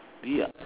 be ah